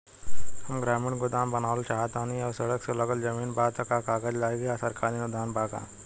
हम ग्रामीण गोदाम बनावल चाहतानी और सड़क से लगले जमीन बा त का कागज लागी आ सरकारी अनुदान बा का?